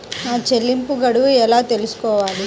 నా చెల్లింపు గడువు ఎలా తెలుసుకోవాలి?